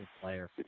player